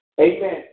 Amen